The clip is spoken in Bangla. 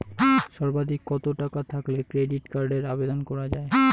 সর্বাধিক কত টাকা থাকলে ক্রেডিট কার্ডের আবেদন করা য়ায়?